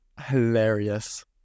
hilarious